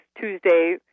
Tuesday